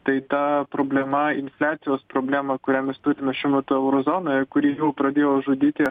tai ta problema infliacijos problema kurią mes turime šiuo metu euro zonoje kuri jau pradėjo žudyti